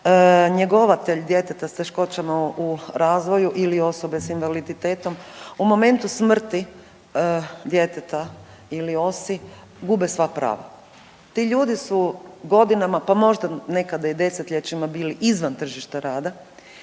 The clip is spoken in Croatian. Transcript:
njegovatelj djeteta s teškoćama u razvoju ili osobe s invaliditetom u momentu smrti djeteta ili OSI gube sva prava. Ti ljudi su godinama pa možda nekada i desetljećima bili izvan tržišta rada,